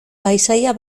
paisaia